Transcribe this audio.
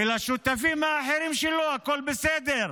ולשותפים האחרים שלו, הכול בסדר.